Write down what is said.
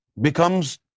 becomes